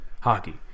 hockey